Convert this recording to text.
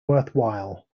worthwhile